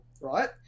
right